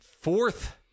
fourth